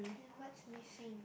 then what's missing